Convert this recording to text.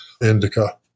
indica